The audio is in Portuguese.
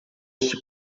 este